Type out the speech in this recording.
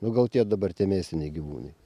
nu gal tie dabar tie mėsiniai gyvūnai